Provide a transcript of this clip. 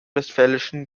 westfälischen